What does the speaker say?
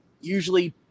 usually